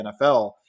NFL